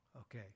Okay